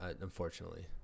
Unfortunately